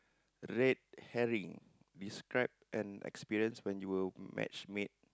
red hairy describe an experience when you were matchmade